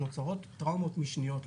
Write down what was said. נוצרות טראומות משניות,